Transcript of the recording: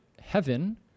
heaven